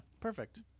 Perfect